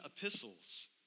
epistles